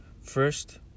First